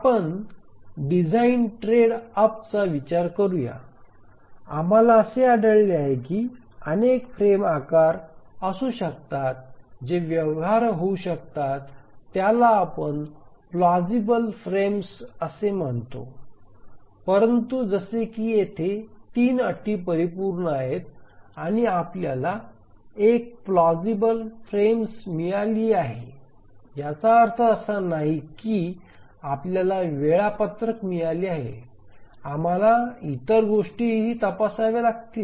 आपण design trade अपचा विचार करू या आम्हाला असे आढळले आहे की अनेक फ्रेम आकार असू शकतात जे व्यवहार्य होऊ शकतात ज्याला आपण प्लाजिबल फ्रेम्स असे म्हणतो परंतु जसे की येथे 3 अटी परिपूर्ण आहेत आणि आपल्याला एक प्लाजिबल फ्रेम्स मिळाली आहे याचा अर्थ असा नाही की आपल्याला वेळापत्रक मिळाले आहे आम्हाला इतर गोष्टी तपासाव्या लागतील